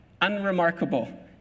unremarkable